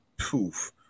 poof